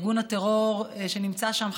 ארגון הטרור שנמצא שם,